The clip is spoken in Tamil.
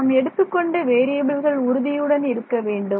நாம் எடுத்துக்கொண்ட வேறியபில்கள் உறுதியுடன் இருக்க வேண்டும்